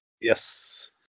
Yes